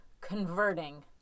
converting